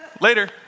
later